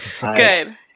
Good